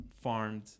farmed